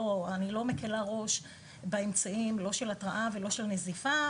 ואני לא מקלה ראש באמצעים לא של התרעה ולא של נזיפה,